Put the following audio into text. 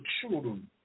children